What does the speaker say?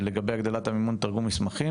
לגבי הגדלת עלות מימון תרגום מסמכים